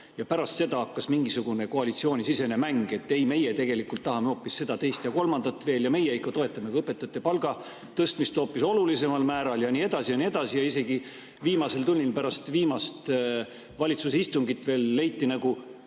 pärast seda hakkas mingisugune koalitsioonisisene mäng, et ei, meie tegelikult tahame hoopis seda, teist ja veel kolmandat ja meie ikka toetame ka õpetajate palga tõstmist hoopis olulisemal määral ja nii edasi. Isegi viimasel tunnil, pärast viimast valitsuse istungit leiti nagu